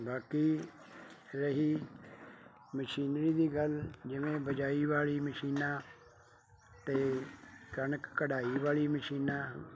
ਬਾਕੀ ਰਹੀ ਮਸ਼ੀਨਰੀ ਦੀ ਗੱਲ ਜਿਵੇਂ ਬਿਜਾਈ ਵਾਲੀ ਮਸ਼ੀਨਾਂ ਅਤੇ ਕਣਕ ਕਢਾਈ ਵਾਲੀ ਮਸ਼ੀਨਾਂ